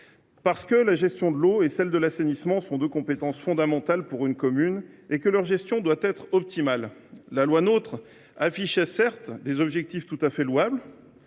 Parce que la gestion de l’eau et celle de l’assainissement sont deux compétences fondamentales pour les communes, et que leur organisation doit être optimale. La loi NOTRe affichait certes des objectifs tout à fait louables